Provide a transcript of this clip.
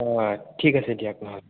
অঁ ঠিক আছে দিয়ক নহ'লে